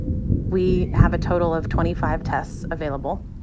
we have a total of twenty five tests available.